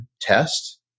test